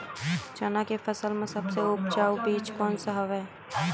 चना के फसल म सबले उपजाऊ बीज कोन स हवय?